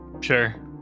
Sure